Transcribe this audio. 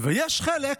ויש חלק